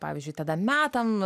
pavyzdžiui tada metam